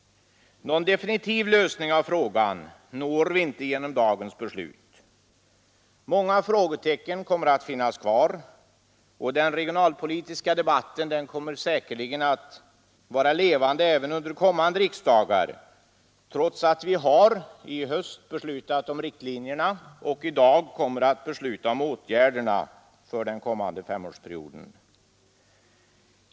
Någon definitiv lösning av frågan når vi inte genom dagens beslut. Många frågetecken kommer att finnas kvar. Den regionalpolitiska debatten kommer säkerligen att vara levande även under kommande riksdagar trots att vi i höstas har beslutat om riktlinjerna och i dag kommer att besluta om åtgärderna för den kommande femårsperioden.